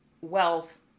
wealth